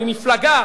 ממפלגה,